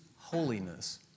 holiness